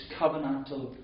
covenantal